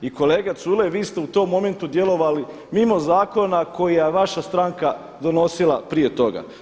I kolega Culej vi ste u tom momentu djelovali mimo zakona koji je vaša stranka donosila prije toga.